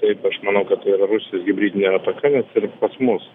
taip aš manau kad tai yra rusijos hibridinė ataka ir pas mus